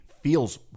feels